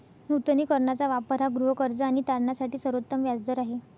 नूतनीकरणाचा वापर हा गृहकर्ज आणि तारणासाठी सर्वोत्तम व्याज दर आहे